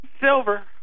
silver